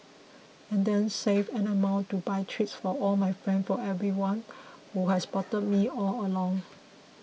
and then save an amount to buy treats for all my friends for everyone who has supported me all along